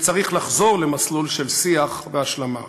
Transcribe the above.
וצריך לחזור למסלול של שיח והשלמה.